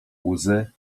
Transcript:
łzy